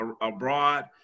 abroad